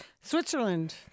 Switzerland